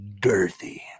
girthy